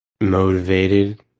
motivated